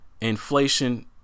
inflation